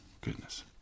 Goodness